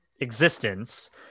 existence